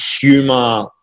humor